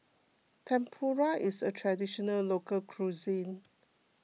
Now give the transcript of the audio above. Tempura is a Traditional Local Cuisine